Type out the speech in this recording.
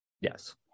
yes